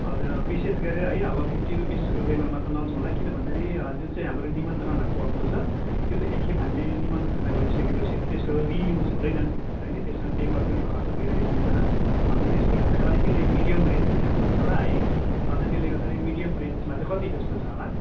हजुर विशेष गरेर है अब फिफ्टी रुपिस लेबलमा त नजाउँ होला किन भन्दाखेरि जुन चाहिँ हाम्रो निमन्त्रणा पत्र छ त्यो त एकखेप हामीले निमन्त्रणा गरिसकेपछि त्यसको रियुज हुँदैन होइन त्यसमा पेपर पनि खर्च भइरहेको हुन्छ अन्त त्यसले गर्दाखेरि अलिकति मिडियम रेन्जमै जानु पर्छ होला है अन्त तेल्ले गर्दाखेरि मिडियम रेन्जमा चाहिँ कति जस्तो छ होला